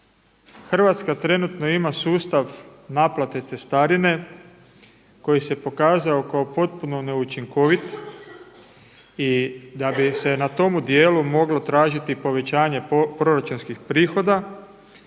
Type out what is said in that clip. Hrvatska trenutno ima sustav naplate cestarine koji se pokazao kao potpuno neučinkovit i da bi se na tome dijelu moglo tražiti povećanje proračunskih prihoda